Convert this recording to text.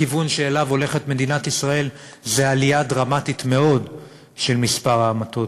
הכיוון שאליו הולכת מדינת ישראל זה עלייה דרמטית מאוד של מספר ההמתות.